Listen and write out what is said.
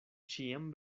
ĉiam